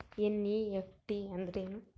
NEFT ಅಂದ್ರೆನು?